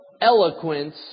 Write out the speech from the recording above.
eloquence